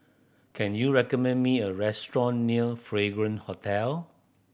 can you recommend me a restaurant near Fragrance Hotel